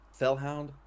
Fellhound